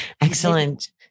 Excellent